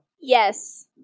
Yes